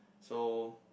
so